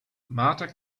marta